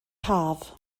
haf